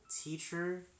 teacher